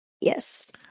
Yes